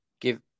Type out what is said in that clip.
give